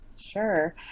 sure